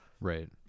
Right